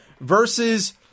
versus